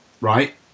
right